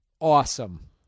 awesome